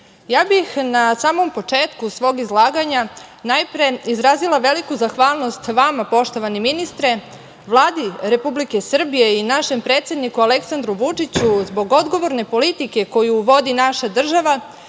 ja bih na samom početku svog izlaganja najpre izrazila veliku zahvalnost vama, poštovani ministre, Vladi Republike Srbije i našem predsedniku Aleksandru Vučiću zbog odgovorne politike koju vodi naša država